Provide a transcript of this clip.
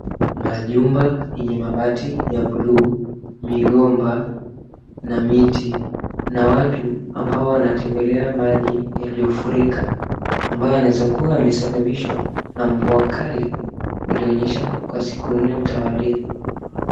Majumba yenye mabati ya buluu, migomba na miti na watu ambao wanatembelea maji iliyofurika ambayo yanaweza kuwa yalisababishwa na mvua kali iliyonyesha siku nne mtawalia.